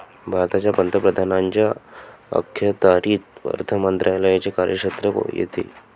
भारताच्या पंतप्रधानांच्या अखत्यारीत अर्थ मंत्रालयाचे कार्यक्षेत्र येते